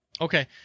Okay